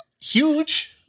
huge